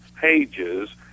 pages